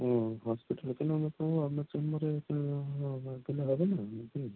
ও হসপিটালে কেন ডাক্তারবাবু আপনার চেম্বারে গেলে হবে না না কি